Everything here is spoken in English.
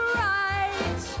right